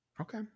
Okay